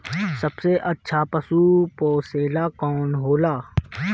सबसे अच्छा पशु पोसेला कौन होला?